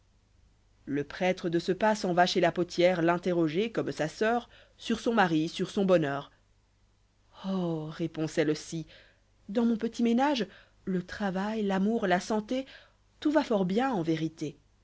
le prêtre de ce pas s'en va chez la potier t'interroger comme sa'sceur sur son mari sur son bonheur oh répond celle-ci dans mon petit niéuaga le travail l'amour la santé tout va fort bien en vérité